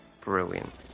brilliant